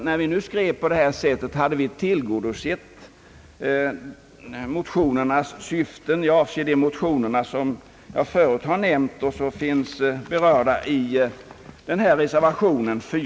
När vi skrev på detta sätt menade vi att vi tillgodosett syftet med de motioner som föranlett reservation b.